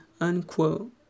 Unquote